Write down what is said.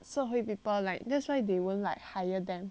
社会 people like that's why they won't like hire them